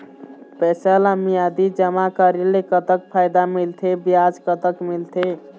पैसा ला मियादी जमा करेले, कतक फायदा मिलथे, ब्याज कतक मिलथे?